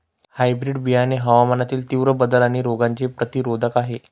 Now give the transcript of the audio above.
hybrid बियाणे हवामानातील तीव्र बदल आणि रोगांचे प्रतिरोधक आहे